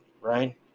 right